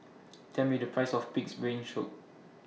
Tell Me The Price of Pig'S Brain shoe